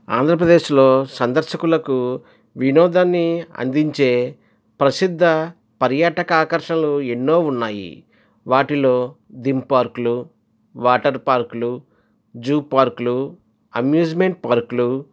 ఆంధ్రప్రదేశ్లో సందర్శకులకు వినోదాన్ని అందించే ప్రసిద్ధ పర్యాటక ఆకర్షణలు ఎన్నో ఉన్నాయి వాటిలో థీమ్ పార్క్లు వాటర్ పార్క్లు జూ పార్క్లు అమ్యూజ్మెంట్ పార్క్లు